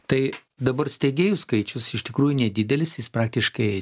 tai dabar steigėjų skaičius iš tikrųjų nedidelis jis praktiškai